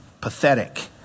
pathetic